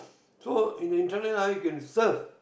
so in the internet ah you can surf